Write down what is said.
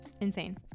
Insane